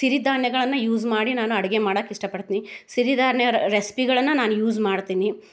ಸಿರಿ ಧಾನ್ಯಗಳನ್ನು ಯೂಸ್ ಮಾಡಿ ನಾನು ಅಡುಗೆ ಮಾಡಕ್ಕೆ ಇಷ್ಟ ಪಡ್ತೀನಿ ಸಿರಿ ಧಾನ್ಯ ರೆಸ್ಪಿಗಳನ್ನು ನಾನು ಯೂಸ್ ಮಾಡ್ತೀನಿ